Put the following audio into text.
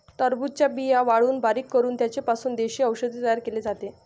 टरबूजाच्या बिया वाळवून बारीक करून त्यांचा पासून देशी औषध तयार केले जाते